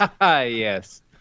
Yes